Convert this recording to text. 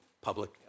public